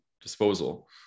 disposal